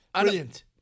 Brilliant